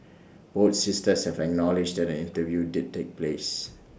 both sisters have acknowledged that an interview did take place